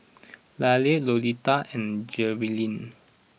Kaylie Lolita and Jerilyn